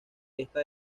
esta